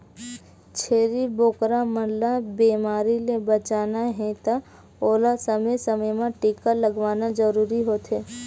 छेरी बोकरा मन ल बेमारी ले बचाना हे त ओला समे समे म टीका लगवाना जरूरी होथे